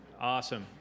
Awesome